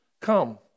Come